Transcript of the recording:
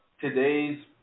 today's –